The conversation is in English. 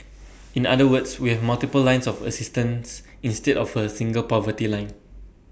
in other words we have multiple lines of assistance instead of A single poverty line